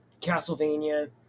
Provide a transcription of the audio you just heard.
Castlevania